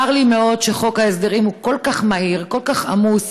צר לי מאוד שחוק ההסדרים כל כך מהיר וכל כך עמוס,